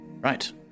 right